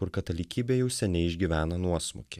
kur katalikybė jau seniai išgyvena nuosmukį